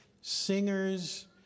singers